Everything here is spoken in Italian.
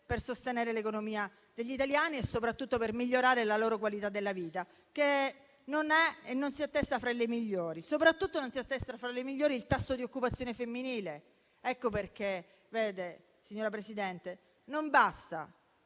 per sostenere l'economia degli italiani e soprattutto per migliorare la loro qualità della vita, che non si attesta fra le migliori, soprattutto non si attesta fra i migliori il tasso di occupazione femminile. Per questo, signora Presidente, non basta